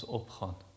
opgaan